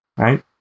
Right